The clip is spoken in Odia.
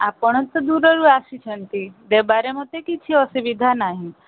ଆପଣ ତ ଦୂରରୁ ଆସିଛନ୍ତି ଦେବାରେ ମୋତେ କିଛି ଅସୁବିଧା ନାହିଁ